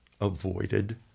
avoided